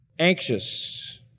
anxious